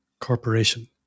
corporation